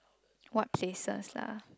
what places lah